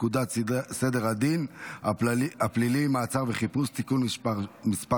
פקודת סדר הדין הפלילי (מעצר וחיפוש) (מס'